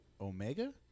Omega